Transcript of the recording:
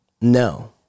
No